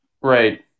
Right